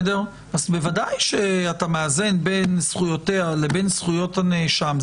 אז בוודאי אתה מאזן בין זכויותיה לבין זכויות הנאשם.